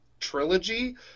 Trilogy